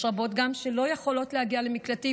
יש גם רבות שלא יכולות להגיע למקלטים